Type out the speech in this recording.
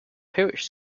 parish